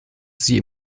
sie